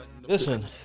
listen